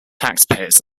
taxpayers